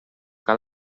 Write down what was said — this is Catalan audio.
cal